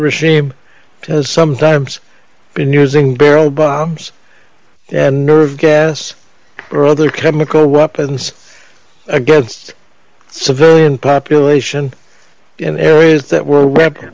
regime has sometimes been using barrel bombs and nerve gas or other chemical weapons against civilian population in areas that were we